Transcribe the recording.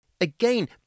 Again